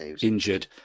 injured